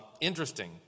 Interesting